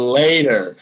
later